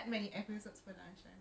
kalau twenty three sikit jer